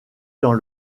dans